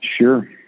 Sure